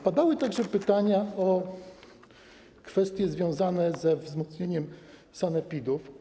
Padały także pytania o kwestie związane ze wzmocnieniem sanepidów.